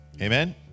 Amen